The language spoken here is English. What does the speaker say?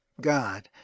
God